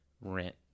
rent